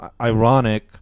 ironic